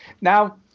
Now